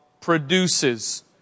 produces